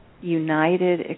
united